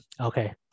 Okay